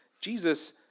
Jesus